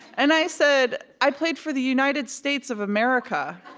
and i said, i played for the united states of america.